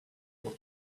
will